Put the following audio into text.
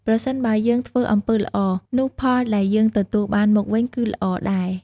ប្រសិនបើយើងធ្វើអំពើល្អ នោះផលដែលយើងទទួលបានមកវិញក៏ល្អដែរ។